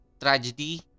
tragedy